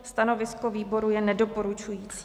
Stanovisko výboru je nedoporučující.